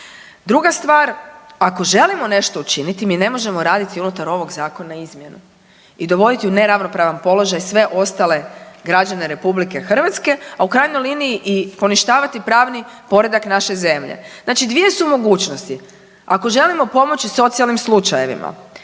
Druga stvar, ako želimo nešto učiniti mi ne možemo raditi unutar ovog zakona izmjenu i dovoditi u neravnomjeran položaj sve ostale građane RH, a u krajnjoj liniji i poništavati pravni poredak naše zemlje. Znači dvije su mogućnosti, ako želimo pomoći socijalnim slučajevima